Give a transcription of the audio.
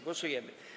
Głosujemy.